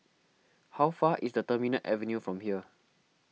how far is the Terminal Avenue from here